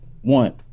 one